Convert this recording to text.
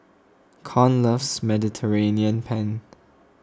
Con loves Mediterranean Penne